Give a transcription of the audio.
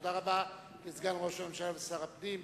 תודה רבה לסגן ראש הממשלה ושר הפנים.